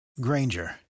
Granger